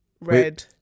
red